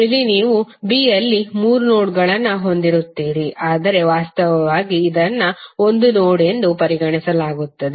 ಇಲ್ಲಿ ನೀವು b ಯಲ್ಲಿ ಮೂರು ನೋಡ್ಗಳನ್ನು ಹೊಂದಿರುತ್ತೀರಿ ಆದರೆ ವಾಸ್ತವವಾಗಿ ಇದನ್ನು ಒಂದು ನೋಡ್ ಎಂದು ಪರಿಗಣಿಸಲಾಗುತ್ತದೆ